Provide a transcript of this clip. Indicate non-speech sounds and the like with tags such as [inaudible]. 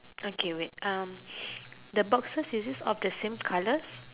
okay wait um [breath] the boxes is it of the same colours